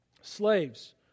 Slaves